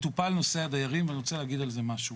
מטופל נושא הדיירים ואני רוצה להגיד על זה משהו.